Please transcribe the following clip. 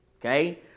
okay